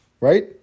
right